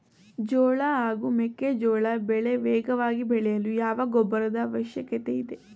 ಜೋಳ ಹಾಗೂ ಮೆಕ್ಕೆಜೋಳ ಬೆಳೆ ವೇಗವಾಗಿ ಬೆಳೆಯಲು ಯಾವ ಗೊಬ್ಬರದ ಅವಶ್ಯಕತೆ ಇದೆ?